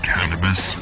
Cannabis